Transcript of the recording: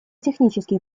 технический